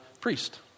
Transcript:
priest